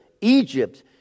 Egypt